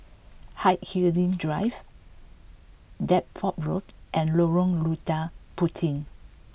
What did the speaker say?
Hindhede Drive Deptford Road and Lorong Lada Puteh